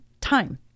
time